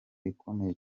ikomeye